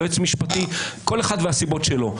ליועץ משפטי כל אחד והסיבות שלו.